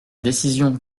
décision